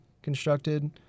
constructed